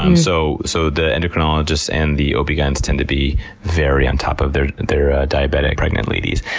um so so the endocrinologists and the obgyns tend to be very on top of their their ah diabetic pregnant ladies.